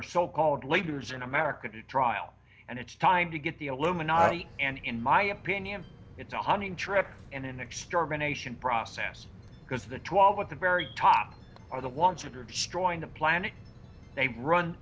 are so called leaders in america to trial and it's time to get the illuminati and in my opinion it's a hunting trip in an extermination process because the twelve at the very top are the ones that are destroying the planet they've run